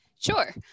Sure